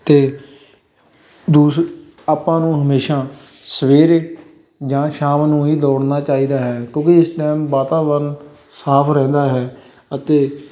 ਅਤੇ ਦੂਸ ਆਪਾਂ ਨੂੰ ਹਮੇਸ਼ਾ ਸਵੇਰੇ ਜਾਂ ਸ਼ਾਮ ਨੂੰ ਹੀ ਦੌੜਨਾ ਚਾਹੀਦਾ ਹੈ ਕਿਉਂਕਿ ਇਸ ਟਾਈਮ ਵਾਤਾਵਰਨ ਸਾਫ ਰਹਿੰਦਾ ਹੈ ਅਤੇ